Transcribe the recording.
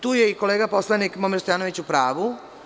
Tu je i kolega poslanik Momir Stojanović u pravu.